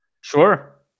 sure